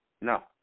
No